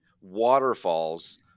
waterfalls